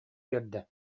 биэрдэ